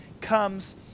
comes